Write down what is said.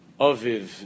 Oviv